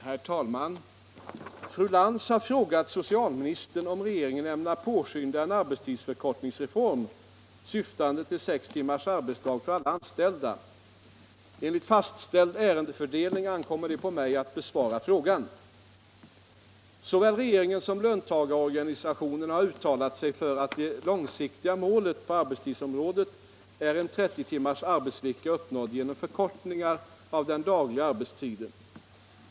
Herr talman! Fru Lantz har frågat socialministern om regeringen ämnar påskynda en arbetstidsförkortningsreform syftande till sex timmars arbetsdag för alla anställda. Enligt fastställd ärendefördelning ankommer det på mig att besvara frågan. Såväl regeringen som löntagarorganisationerna har uttalat sig för att det långsiktiga målet på arbetstidsområdet är en 30 timmars arbetsvecka uppnådd genom förkortningar av den dagliga arbetstiden.